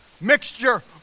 Mixture